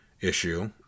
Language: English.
issue